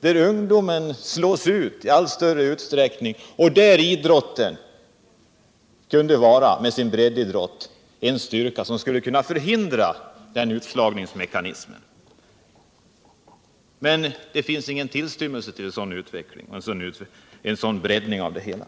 där ungdomen slås ut i allt större utsträckning skulle breddidrotten kunna vara av stor betydelse — den kunde förhindra utslagningsmekanismen. Men det finns ingen tillstymmelse till en sådan utveckling och en sådan breddning av idrotten.